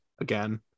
again